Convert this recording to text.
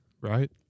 right